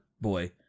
boy